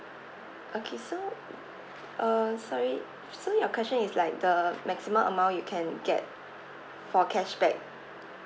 okay so uh sorry so your question is like the maximum amount you can get for cashback